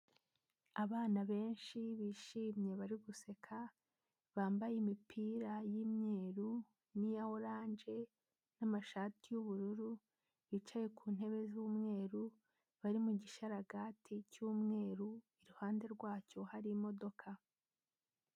Abana benshi bishimye bari guseka bambaye imipira y'imyeru n'iya oranje n'amashati y'ubururu bicaye ku ntebe z'umweru bari mu gishararaga cy'umweru, iruhande rwacyo hari imodoka.